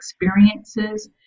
experiences